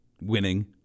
winning